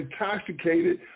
intoxicated